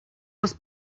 was